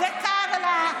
וקר לה.